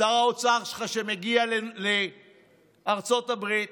שר האוצר שלך שמגיע לארצות הברית,